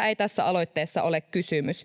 Siitä ei tässä aloitteessa ole kysymys.